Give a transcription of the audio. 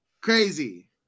Crazy